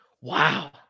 Wow